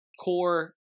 core